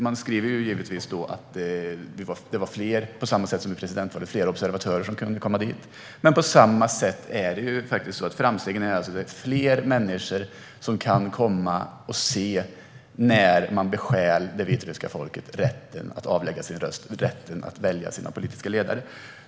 Man skriver givetvis, precis som vid presidentvalet, att det var fler observatörer som kunde komma dit, men det är faktiskt så att framstegen består i att fler människor kan komma och se när man bestjäl det vitryska folket rätten att avlägga sin röst och att välja sina politiska ledare.